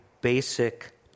basic